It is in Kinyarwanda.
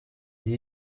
iyo